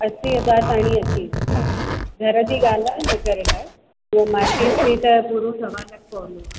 असीं हज़ार ताणी अची वेंदो तव्हांखे घर जी ॻाल्हि आहे इन करे लाइ ऐं मार्केट में त पूरो सवा लख पवंदो आहे